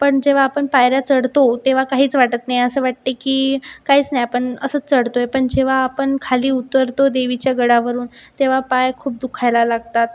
पण जेव्हा आपण पायऱ्या चढतो तेव्हा काहीच वाटत नाही असं वाटते की काहीच नाही आपण असंच चढतोय पण जेव्हा आपण खाली उतरतो देवीच्या गडावरून तेव्हा पाय खूप दुखायला लागतात